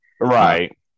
Right